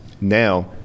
Now